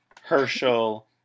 Herschel